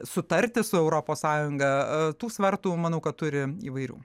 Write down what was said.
sutarti su europos sąjunga tų vartų manau kad turi įvairių